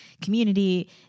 community